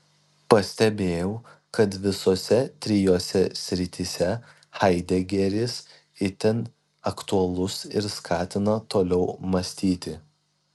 pastebėjau kad visose trijose srityse haidegeris itin aktualus ir skatina toliau mąstyti